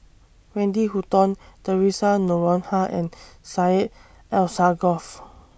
Wendy Hutton Theresa Noronha and Syed Alsagoff